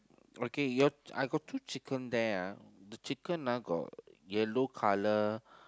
okay ya I got two chicken there ah the chicken ah got yellow colour